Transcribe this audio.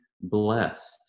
blessed